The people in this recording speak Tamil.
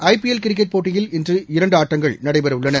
ஐபிஎல் கிரிக்கெட் போட்டியில் இன்று இரண்டு ஆட்டங்கள் நடைபெறுகின்றன